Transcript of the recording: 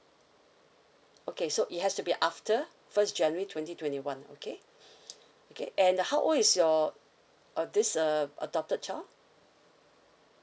okay so it has to be after first january twenty twenty one okay okay and uh how old is your uh this uh adopted child